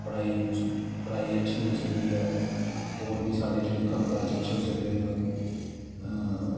पढ़ाई पढ़ाई अच्छी बी होई सकदी ऐ होर बी साढ़े जेह्ड़े कम्म काज न अच्छे होई सकदे न